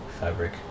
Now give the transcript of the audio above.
fabric